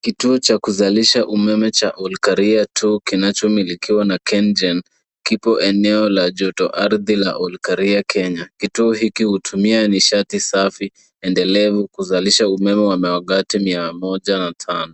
Kituo cha kuzalisha umeme cha Olkaria 2,kinachomilikiwa na Kengen, kipo eneo la joto ardhi la Olkaria, Kenya. Kituo hutumia nishati safi, endelevu kuzalisha umeme wa megawati ya 105.